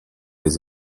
les